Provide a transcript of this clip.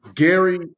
Gary